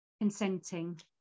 consenting